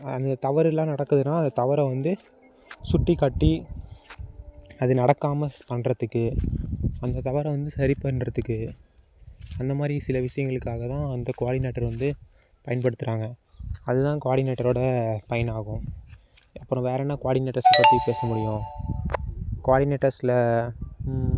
அந்த தவறுலாம் நடக்குதுன்னா அந்த தவறை வந்து சுட்டி காட்டி அது நடக்காமல் பண்ணுறதுக்கு அந்த தவறை வந்து சரி பண்ணுறதுக்கு அந்த மாதிரி சில விஷயங்களுக்காகதான் அந்த குவாடினேட்டர் வந்து பயன்படுத்துறாங்க அதுதான் குவாடினேட்டரோட பயனாகும் அப்பறம் வேற என்ன குவாடினேட்டர்ஸ் பற்றி பேச முடியும் குவாடினேட்டர்ஸில்